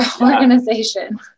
organization